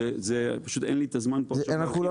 אנחנו לא נפרט,